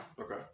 Okay